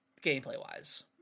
gameplay-wise